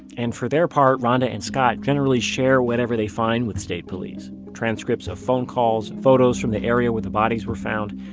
and for their part, ronda and scott, generally share whatever they find with state police transcripts of phone calls, photos from the area where the bodies were found.